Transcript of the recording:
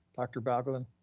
dr. balgobin.